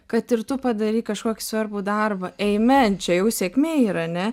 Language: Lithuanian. kad ir tu padarei kažkokį svarbų darbą eimen čia jau sėkmė yra ane